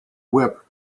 whip